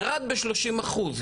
ירד בשלושים אחוז.